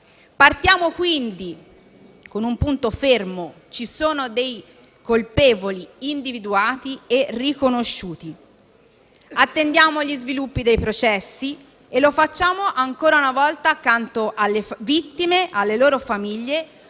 Partiamo, quindi, con un punto fermo: ci sono dei colpevoli individuati e riconosciuti. Attendiamo gli sviluppi dei processi e lo facciamo, ancora una volta, accanto alle vittime e alle loro famiglie,